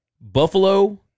Buffalo